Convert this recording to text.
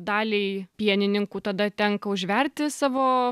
daliai pienininkų tada tenka užverti savo